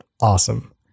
awesome